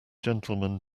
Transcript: gentlemen